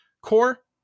core